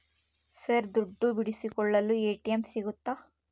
Sir ದುಡ್ಡು ಬಿಡಿಸಿಕೊಳ್ಳಲು ATM ಸಿಗುತ್ತಾ?